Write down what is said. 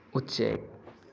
ꯎꯆꯦꯛ